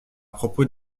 propos